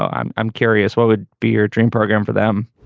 i'm i'm curious, what would be your dream program for them?